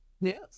yes